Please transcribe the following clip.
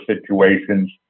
situations